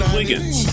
Wiggins